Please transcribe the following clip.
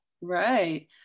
Right